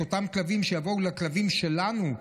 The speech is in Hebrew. את אותם כלבים שיבואו לכלבים שלנו,